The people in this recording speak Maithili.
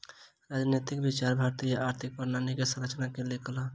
राजनैतिक विचार भारतीय आर्थिक प्रणाली के संरचना केलक